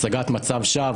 הצגת מצג שווא,